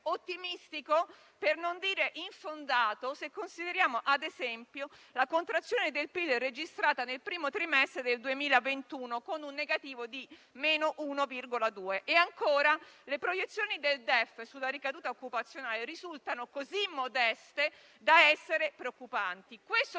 ottimistico, per non dire infondato, se consideriamo, ad esempio, la contrazione del PIL registrata nel primo trimestre del 2021 con un meno 1,2 per cento. Inoltre, le proiezioni del DEF sulla ricaduta occupazionale risultano così modeste da essere preoccupanti. Questo ci